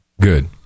Good